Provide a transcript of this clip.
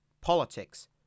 Politics